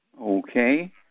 Okay